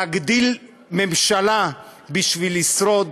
להגדיל ממשלה בשביל לשרוד,